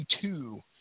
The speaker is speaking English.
two